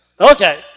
Okay